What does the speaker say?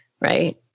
Right